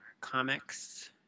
comics